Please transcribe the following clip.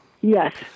Yes